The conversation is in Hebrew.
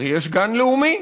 הרי יש גן לאומי.